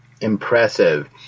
impressive